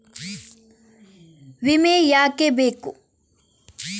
ವಿಮೆ ಯಾಕೆ ಬೇಕು?